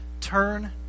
Turn